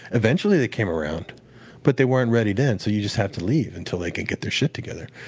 eventually, they came around but they weren't ready then. so you just have to leave until they can get their shit together.